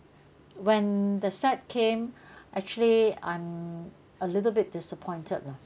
when the set came actually I'm a little bit disappointed lah